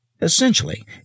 Essentially